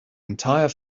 entire